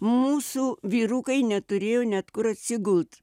mūsų vyrukai neturėjo net kur atsigult